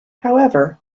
however